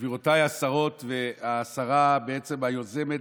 גבירותיי השרות והשרה היוזמת,